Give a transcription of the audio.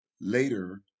later